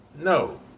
No